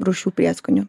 rūšių prieskonių